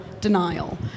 denial